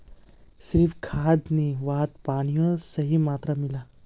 सिर्फ खाद नी वहात पानियों सही मात्रात मिला